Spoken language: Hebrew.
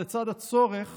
לצד הצורך